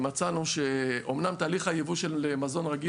מצאנו שאומנם תהליך היבוא של מזון רגיל